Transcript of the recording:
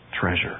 treasure